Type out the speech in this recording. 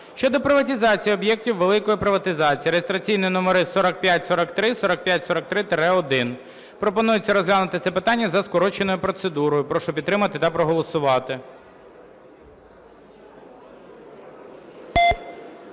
щодо приватизації об'єктів великої приватизації (реєстраційні номери 4543, 4543-1). Пропонується розглянути це питання за скороченою процедурою. Прошу підтримати та проголосувати.